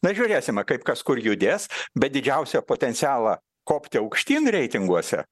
na žiūrėsime kaip kas kur judės bet didžiausią potencialą kopti aukštyn reitinguose